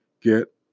get